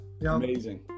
Amazing